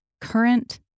current